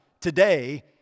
today